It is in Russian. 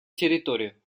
территорию